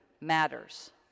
matters